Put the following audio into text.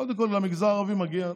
קודם כול, למגזר הערבי מגיע תקציבים.